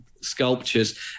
sculptures